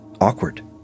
awkward